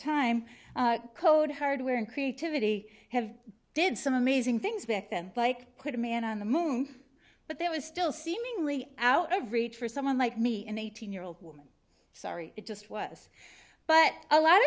time code hardware and creativity have did some amazing things back then like could a man on the moon but there was still seemingly out of reach for someone like me in one thousand year old woman sorry it just was but a lot of